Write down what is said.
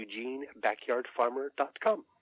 EugeneBackyardFarmer.com